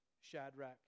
Shadrach